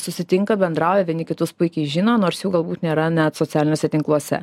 susitinka bendrauja vieni kitus puikiai žino nors jų galbūt nėra net socialiniuose tinkluose